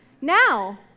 Now